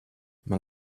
man